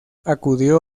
acudió